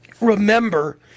Remember